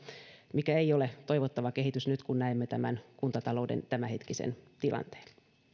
mikä ei ole toivottava kehitys nyt kun näemme tämän kuntatalouden tämänhetkisen tilanteen